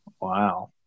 Wow